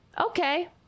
okay